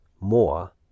more